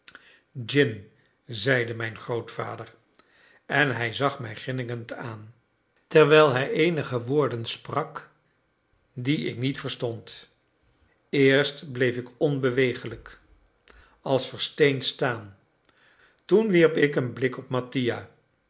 gin zeide mijn grootvader en hij zag mij grinnikend aan terwijl hij eenige woorden sprake die ik niet verstond eerst bleef ik onbeweeglijk als versteend staan toen wierp ik een blik op mattia